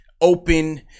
open